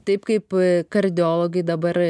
taip kaip kardiologai dabar